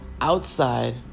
Outside